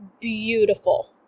beautiful